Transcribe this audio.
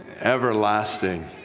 everlasting